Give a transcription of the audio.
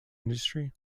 industry